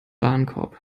warenkorb